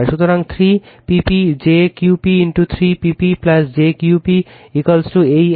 সুতরাং 3 P p j Q p 3 P p jQ p এই এক